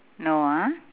no ah